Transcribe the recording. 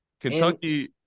Kentucky